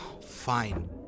Fine